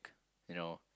you know